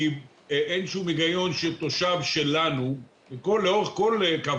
כי אין שום היגיון שתושב שלנו לאורך כל קו